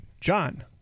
John